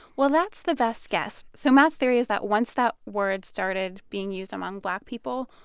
well, that's the best guess. so matt's theory is that once that word started being used among black people,